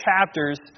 chapters